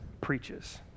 preaches